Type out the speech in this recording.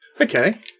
Okay